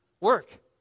Work